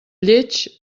lleig